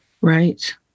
Right